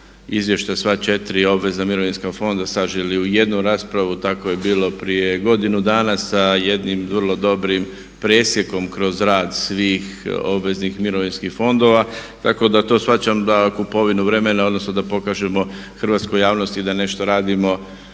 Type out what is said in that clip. izvještaj o sva 4 obvezna mirovinska fonda saželi u jednu raspravu tako je bilo godinu dana sa jednim dobrim presjekom kroz rad svih obveznih mirovinskim fondova. Tako da to shvaćam da kupovinu vremena odnosno da pokažemo hrvatskoj javnosti da nešto radimo